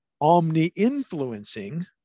omni-influencing